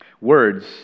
Words